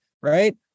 right